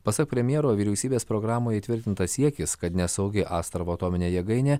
pasak premjero vyriausybės programoj įtvirtintas siekis kad nesaugi astravo atominė jėgainė